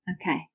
okay